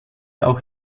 auch